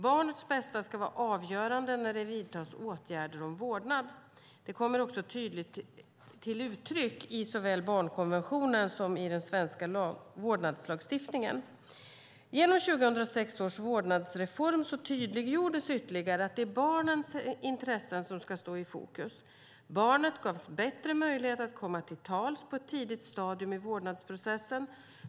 Barnets bästa ska vara avgörande när det vidtas åtgärder om vårdnad. Det kommer också till tydligt uttryck i såväl barnkonventionen som den svenska vårdnadslagstiftningen. Genom 2006 års vårdnadsreform tydliggjordes ytterligare att det är barnets intressen som måste stå i fokus. Barnet gavs bättre möjlighet att komma till tals på ett tidigt stadium i vårdnadsprocessen.